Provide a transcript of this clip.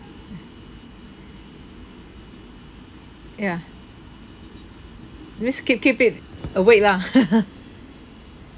ya that means keep keep it awake lah